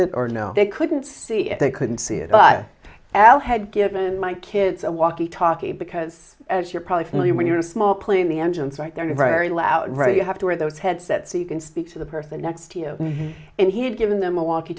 it or know they couldn't see it they couldn't see it but al had given my kids a walkie talkie because as you're probably familiar when you're a small plane the engines right there are very loud where you have to wear those headset so you can speak to the person next to you and he had given them a walkie